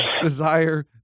desire